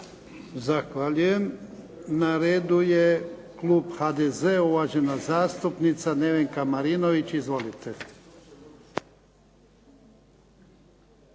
Zahvaljujem. Na redu je klub HDZ-a, uvažena zastupnica Nevenka Marinović. Izvolite.